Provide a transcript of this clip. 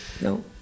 No